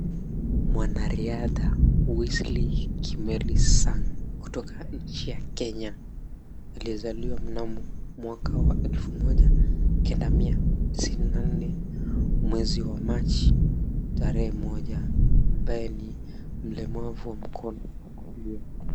Mwana riadha Wesly Kimeli Sang kutoka nchi ya Kenya aliyezaliwa mnamo mwaka wa elfu moja kenda mia tisni na nne mwezi wa machi tarehe moja ambaye ni mlemavu wa mkono.